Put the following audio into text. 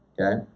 Okay